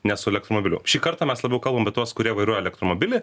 ne su elektromobiliu šį kartą mes labiau kalbam bet tuos kurie vairuoja elektromobilį